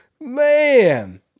Man